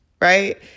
right